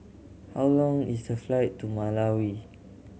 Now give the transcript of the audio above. how long is the flight to Malawi